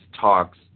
talks